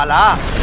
up.